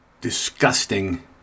disgusting